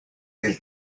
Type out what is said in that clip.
del